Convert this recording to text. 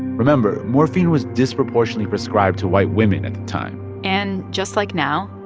remember morphine was disproportionately prescribed to white women at the time and just like now,